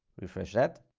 refresh that.